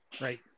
Right